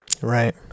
right